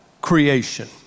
creation